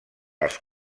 els